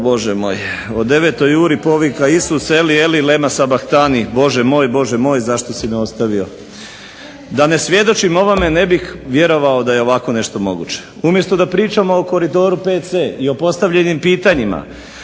Bože moj, o devetoj uri povika Isus "Eli, eli lama sabachtani" Bože moj, Bože moj zašto si me ostavio. Da ne svjedočim ovome ne bih vjerovao da je ovako nešto moguće. Umjesto da pričamo o Koridoru VC i o postavljenim pitanjima